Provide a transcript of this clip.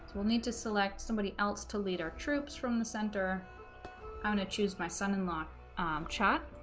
will need to select somebody else to lead our troops from the center i'm going to choose my son and lock chat